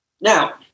Now